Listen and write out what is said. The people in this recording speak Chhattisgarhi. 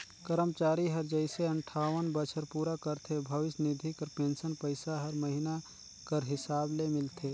करमचारी हर जइसे अंठावन बछर पूरा करथे भविस निधि कर पेंसन पइसा हर महिना कर हिसाब ले मिलथे